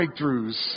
breakthroughs